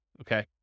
okay